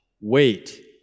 wait